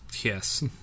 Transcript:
yes